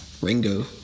Ringo